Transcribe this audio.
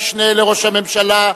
המשנה לראש הממשלה,